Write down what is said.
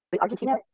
Argentina